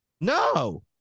No